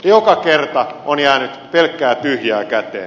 joka kerta on jäänyt pelkkää tyhjää käteen